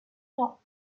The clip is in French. temps